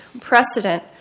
precedent